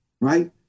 right